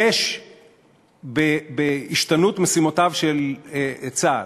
השתנות משימותיו של צה"ל,